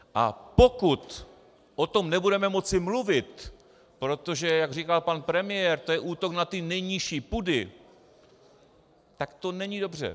A pokud o tom nebudeme moci mluvit, protože jak říkal pan premiér, to je útok na ty nejnižší pudy, tak to není dobře.